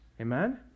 amen